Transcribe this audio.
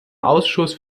ausschuss